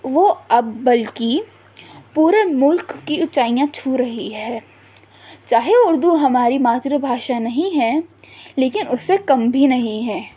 وہ اب بلکہ پورے ملک کی اونچائیاں چھو رہی ہے چاہے اردو ہماری ماتر بھاشا نہیں ہے لیکن اس سے کم بھی نہیں ہے